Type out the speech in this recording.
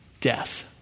Death